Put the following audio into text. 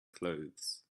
clothes